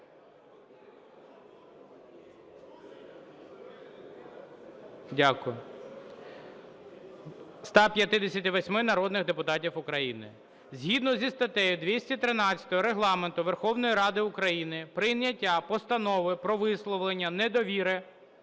…158 народних депутатів України. Згідно зі статтею 213 Регламенту Верховної Ради України прийняття Постанови про висловлення недовіри